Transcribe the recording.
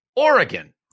Oregon